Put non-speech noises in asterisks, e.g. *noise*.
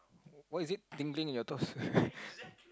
why is it tingling in your toes *laughs*